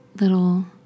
little